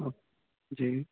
जी